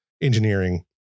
engineering